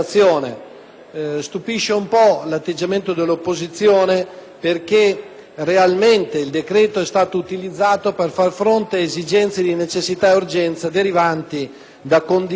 Stupisce un po' l'atteggiamento dell'opposizione, perché realmente il decreto è stato utilizzato per far fronte ad esigenze di necessità e urgenza, derivanti da problematiche